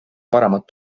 paremat